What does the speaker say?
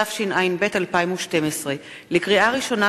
התשע"ב 2012. לקריאה ראשונה,